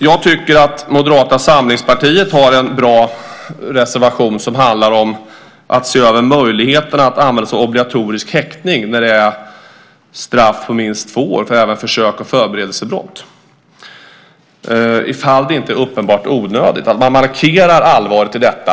Jag tycker att Moderata samlingspartiet har en bra reservation som handlar om att se över möjligheterna att använda sig av obligatorisk häktning vid straff på minst två år, alltså även försök och förberedelse av brott, ifall det inte är uppenbart onödigt. Det är viktigt att markera allvaret i detta.